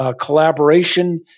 collaboration